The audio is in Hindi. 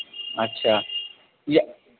अच्छा ये